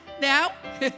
Now